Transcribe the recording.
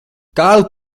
kārli